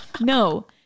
No